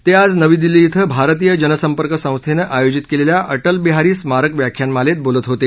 ते आज नवी दिल्ली इथं भारतीय जनसंपर्क संस्थेनं आयोजित केलेल्या अटल बिहारी स्मारक व्याख्यानमालेमध्ये बोलत होते